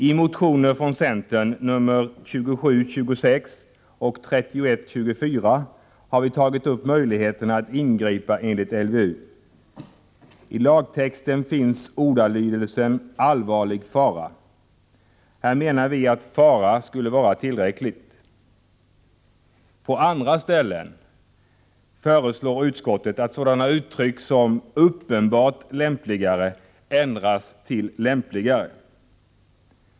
I två motioner från centern, nr 2726 och 3124, har vi tagit upp möjligheterna att ingripa enligt LVU. I lagtexten finns ordalydelsen ”allvarlig fara”. Här menar vi att ”fara” skulle vara tillräckligt. På andra ställen föreslår utskottet att sådana uttryck som ”uppenbart lämpligare” ändras till ”lämpligare”.